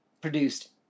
produced